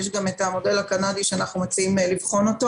יש גם את המודל הקנדי שאנחנו מציעים לבחון אותו